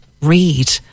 read